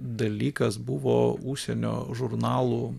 dalykas buvo užsienio žurnalų